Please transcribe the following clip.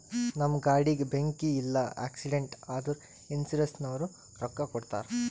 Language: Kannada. ನಮ್ ಗಾಡಿಗ ಬೆಂಕಿ ಇಲ್ಲ ಆಕ್ಸಿಡೆಂಟ್ ಆದುರ ಇನ್ಸೂರೆನ್ಸನವ್ರು ರೊಕ್ಕಾ ಕೊಡ್ತಾರ್